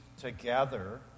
together